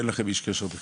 אין לכם איש קשר בכלל?